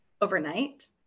overnight